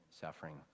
suffering